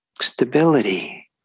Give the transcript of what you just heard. stability